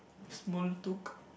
small talk